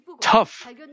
tough